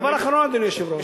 הדבר האחרון, אדוני היושב-ראש.